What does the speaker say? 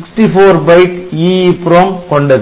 64 byte EEPROM கொண்டது